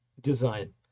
design